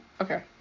Okay